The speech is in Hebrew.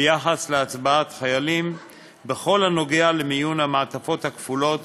ביחס להצבעת חיילים בכל הנוגע למיון המעטפות הכפולות